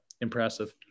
impressive